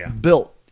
built